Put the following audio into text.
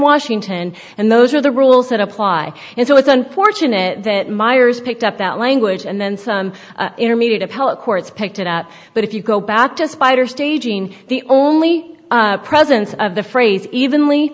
washington and those are the rules that apply and so it's unfortunate that miers picked up that language and then some intermediate appellate courts picked it up but if you go back to spider staging the only presence of the phrase evenly